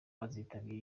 kuzitabira